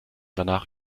danach